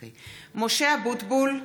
(קוראת בשמות חברי הכנסת) משה אבוטבול,